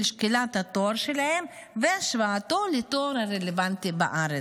שקילת התואר שלהם והשוואתו לתואר הרלוונטי בארץ.